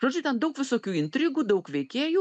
žodžiu ten daug visokių intrigų daug veikėjų